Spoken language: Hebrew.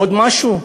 עוד משהו.